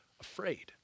afraid